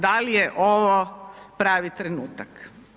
Dal je ovo pravi trenutak?